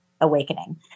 awakening